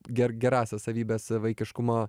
ger gerąsias savybes vaikiškumo